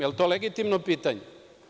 Jel to legitimno pitanje?